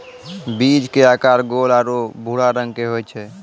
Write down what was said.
बीज के आकार गोल आरो भूरा रंग के होय छै